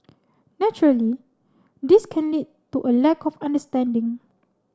naturally this can lead to a lack of understanding